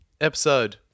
episode